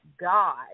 God